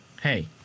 Hey